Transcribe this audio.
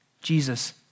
Jesus